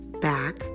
back